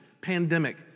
pandemic